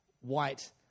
white